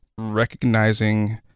recognizing